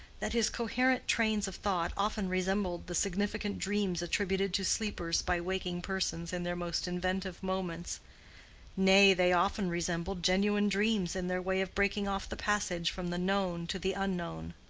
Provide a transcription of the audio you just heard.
that his coherent trains of thought often resembled the significant dreams attributed to sleepers by waking persons in their most inventive moments nay, they often resembled genuine dreams in their way of breaking off the passage from the known to the unknown.